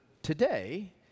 Today